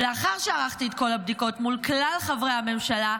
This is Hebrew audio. לאחר שערכתי את כל הבדיקות מול כלל חברי הממשלה,